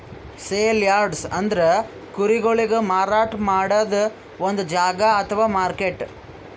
sale yards ಅಂದ್ರ ಕುರಿಗೊಳಿಗ್ ಮಾರಾಟ್ ಮಾಡದ್ದ್ ಒಂದ್ ಜಾಗಾ ಅಥವಾ ಮಾರ್ಕೆಟ್